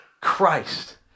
Christ